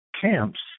camps